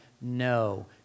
no